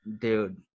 Dude